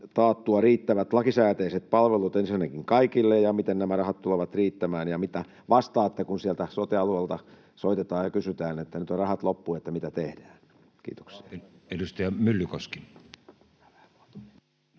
riittävät lakisääteiset palvelut kaikille, ja miten nämä rahat tulevat riittämään? Ja mitä vastaatte, kun sieltä sote-alueelta soitetaan ja kysytään, että nyt on rahat loppu, mitä tehdään? — Kiitoksia. [Speech 312]